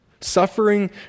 Suffering